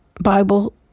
Bible